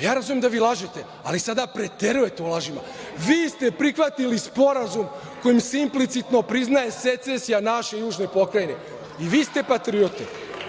ja razumem da vi lažete, ali sada preterujete u lažima. Vi ste prihvatili sporazum kojim se implicitno priznaje secesija naše južne pokrajine i vi ste patriote?